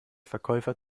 verkäufer